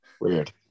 weird